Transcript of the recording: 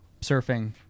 surfing